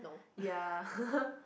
ya